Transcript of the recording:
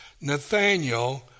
Nathaniel